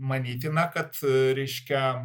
manytina kad reiškia